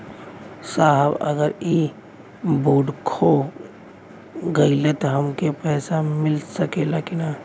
साहब अगर इ बोडखो गईलतऽ हमके पैसा मिल सकेला की ना?